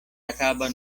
acaba